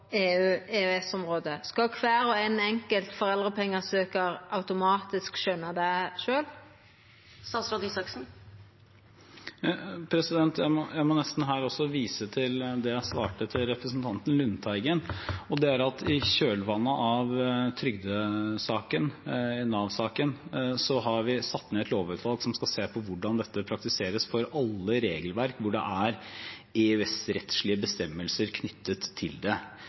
Skal kvar og ein enkelt foreldrepengesøkjar automatisk skjønna det sjølv? Jeg må nesten her vise til det jeg svarte til representanten Lundteigen, og det er at i kjølvannet av trygdesaken, Nav-saken, har vi satt ned et lovutvalg som skal se på hvordan dette praktiseres for alle regelverk hvor det er EØS-rettslige bestemmelser knyttet til det.